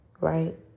right